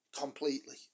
completely